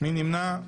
מי נמנע?